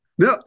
No